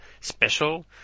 special